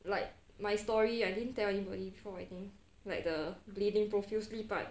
like my story I didn't tell anybody before I think like the bleeding profusely part